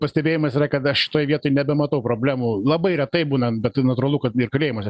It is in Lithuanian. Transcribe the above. pastebėjimas yra kad aš toj vietoj nebematau problemų labai retai būna bet tai natūralu kad ir kalėjimuose